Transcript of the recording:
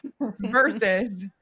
versus